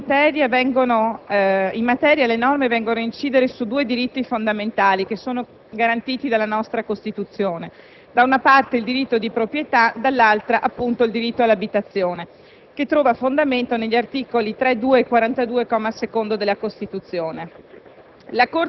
dell'attuazione dei principi costituzionali. Sappiamo che in materia le norme vanno ad incidere su due diritti fondamentali garantiti dalla nostra Costituzione: da una parte il diritto di proprietà, dall'altra il diritto all'abitazione,